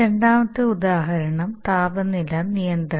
രണ്ടാമത്തെ ഉദാഹരണം താപനില നിയന്ത്രണം